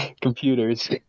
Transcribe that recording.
computers